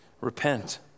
Repent